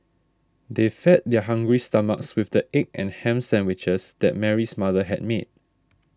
they fed their hungry stomachs with the egg and ham sandwiches that Mary's mother had made